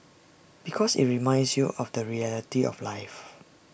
because IT reminds you of the reality of life